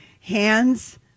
hands